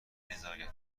بینزاکتی